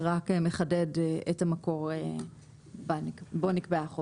זה רק מחדד את המקור בו נקבעה החובה.